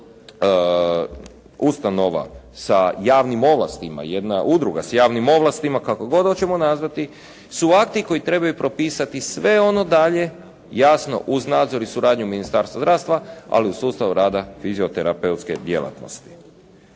ustanova sa javnim ovlastima, jedna udruga s javnim ovlastima kako god hoćemo nazvati su akti koji trebaju propisati sve ono dalje jasno uz nazor i suradnju Ministarstva zdravstva ali uz sustav rada fizioterapeutske djelatnosti.